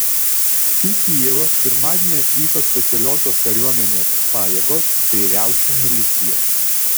į kijevą pirmadienį atvyko specialiosios kariuomenės pajėgos bei riaušių milicija